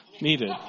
Needed